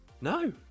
No